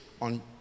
on